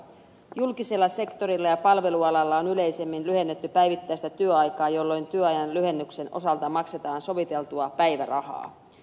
julkisella sektorilla ja palvelualalla on yleisemmin lyhennetty päivittäistä työaikaa jolloin työajan lyhennyksen osalta maksetaan soviteltua päivärahaa